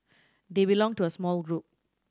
they belong to a small group